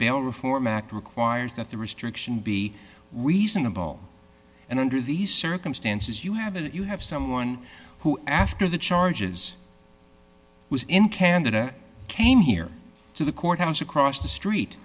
bail reform act requires that the restriction be reasonable and under these circumstances you have it you have someone who after the charges was in canada came here to the courthouse across the street